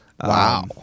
Wow